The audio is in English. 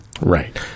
Right